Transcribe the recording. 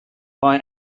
boy